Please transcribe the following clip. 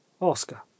Oscar